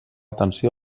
atenció